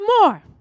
more